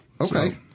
Okay